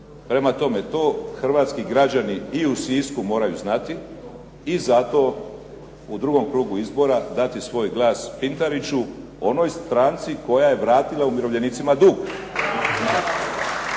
Prema tome, to hrvatski građani i u Sisku moraju znati i zato u drugom krugu izbora dati svoj glas Pintariću onoj stranci koja je vratila umirovljenicima dug.